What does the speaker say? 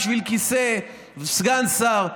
בשביל כיסא וסגן שר,